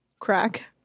Crack